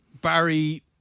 Barry